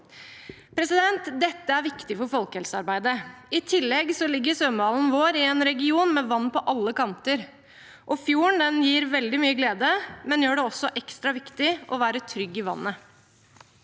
regionen. Dette er viktig for folkehelsearbeidet. I tillegg ligger svømmehallen i en region med vann på alle kanter. Fjorden gir veldig mye glede, men gjør det også ekstra viktig å være trygg i vannet.